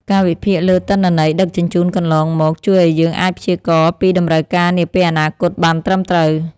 ការវិភាគលើទិន្នន័យដឹកជញ្ជូនកន្លងមកជួយឱ្យយើងអាចព្យាករណ៍ពីតម្រូវការនាពេលអនាគតបានត្រឹមត្រូវ។